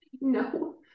No